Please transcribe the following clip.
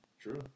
True